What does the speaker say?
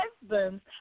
husbands